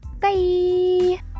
Bye